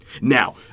Now